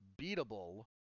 beatable